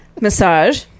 massage